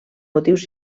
motius